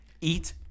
eat